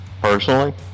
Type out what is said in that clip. personally